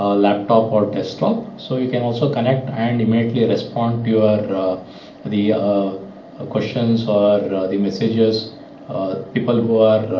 ah laptop or desktop. so you can also connect and immediately respond your the ah questions or ah the messages people who are